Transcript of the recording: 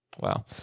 Wow